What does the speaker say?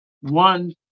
one